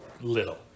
little